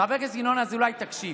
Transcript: חבר הכנסת ינון אזולאי, תקשיב.